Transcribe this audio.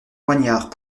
moignard